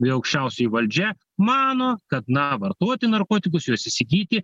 ir aukščiausioji valdžia mano kad na vartoti narkotikus juos įsigyti